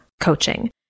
coaching